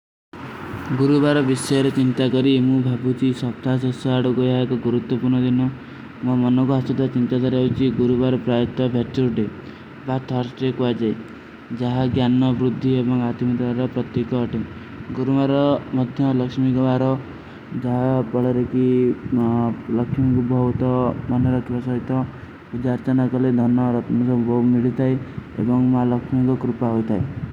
ଗୁରୁବାର ଵିଶ୍ଵେର ଚିଂତା କରୀ, ଇମୁ ଭାପୂଚୀ ସଫ୍ଥା ଶସ୍ଵାଡ ଗଏ ଆଯା କା ଗୁରୁଦ୍ଧ ପୁନ ଦେନା। ମା ମନନ କା ହସ୍ଵତା ଚିଂତା ରହା ହୂଚୀ, ଗୁରୁବାର ପ୍ରଯାଇତ ଭେଟ୍ରୁଦେ। ବାତ ଥର୍ସ୍ଟେ କ୍ଵାଜେ, ଜହା ଗ୍ଯାନନ ବୁରୁଦ୍ଧୀ ଏବଂଗ ଆତିମିତାର ପ୍ରତିକଵାତିମ। ଗୁରୁମାର ମତ୍ଯାନ ଲକ୍ଷ୍ମିଗଵାର ଜହା ପଢାରେକୀ ଲକ୍ଷ୍ମିଗ ବହୁତ ପନ୍ହରକ୍ଯୋସ ହୈତ। ଉଦ୍ଯାର୍ଚନ କଲେ ଧନ୍ଯା ଔର ଅତିମିତାର ବହୁତ ମିଡିତା ହୈ ଏବଂଗ ମା ଲକ୍ଷ୍ମିଗଵାର କୁରୁପା ହୋତା ହୈ।